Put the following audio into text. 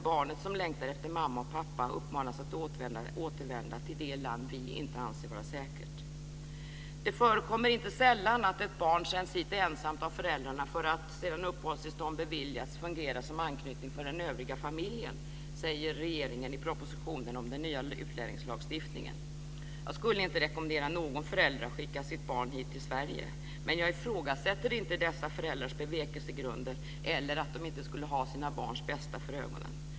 Barnet som längtar efter mamma och pappa uppmanas att återvända till det land vi inte anser vara säkert. Det förekommer inte sällan att ett barn sänds hit ensamt av föräldrarna för att, sedan uppehållstillstånd beviljats, fungera som anknytning för den övriga familjen, säger regeringen i propositionen om den nya utlänningslagstiftningen. Jag skulle inte rekommendera någon förälder att skicka sitt barn hit till Sverige, men jag ifrågasätter inte dessa föräldrars bevekelsegrunder eller att de inte skulle ha sitt barns bästa för ögonen.